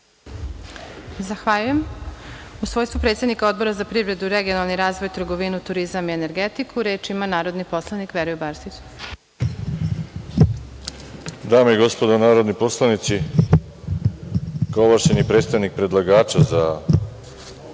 Zahvaljujem.U svojstvu predsednika Odbora za privredu, regionalni razvoj, trgovinu, turizam i energetiku, reč ima narodni poslanik Veroljub Arsić. **Veroljub Arsić** Dame i gospodo narodni poslanici, kao ovlašćeni predstavnik predlagača za